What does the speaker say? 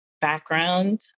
background